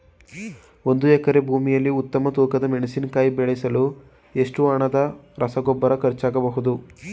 ಒಂದು ಎಕರೆ ಭೂಮಿಯಲ್ಲಿ ಉತ್ತಮ ತೂಕದ ಮೆಣಸಿನಕಾಯಿ ಬೆಳೆಸಲು ಎಷ್ಟು ಹಣದ ರಸಗೊಬ್ಬರ ಖರ್ಚಾಗಬಹುದು?